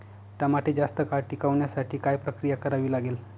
टमाटे जास्त काळ टिकवण्यासाठी काय प्रक्रिया करावी लागेल?